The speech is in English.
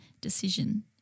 decision